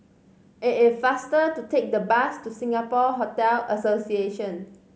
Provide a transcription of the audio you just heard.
it is faster to take the bus to Singapore Hotel Association